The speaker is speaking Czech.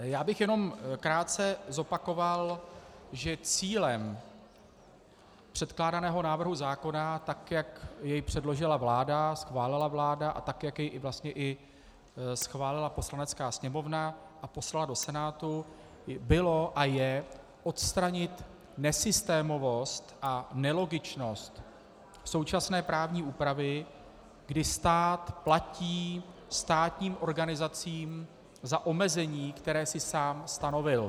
Jen bych krátce zopakoval, že cílem předkládaného návrhu zákona, tak jak jej předložila vláda, schválila vláda a tak jak jej i schválila Poslanecká sněmovna a poslala do Senátu, bylo a je odstranit nesystémovost a nelogičnost současné právní úpravy, kdy stát platí státním organizacím za omezení, které si sám stanovil.